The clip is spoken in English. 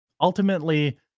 Ultimately